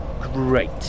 Great